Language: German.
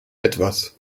etwas